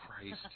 Christ